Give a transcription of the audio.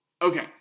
Okay